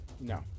No